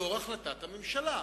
לאור החלטת הממשלה.